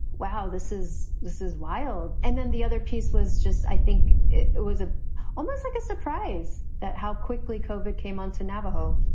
wow, this is this is wild. and then the other piece was just i think it it was ah almost like a surprise that how quickly kovik came on to navajo